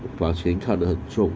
the flushing cut a joke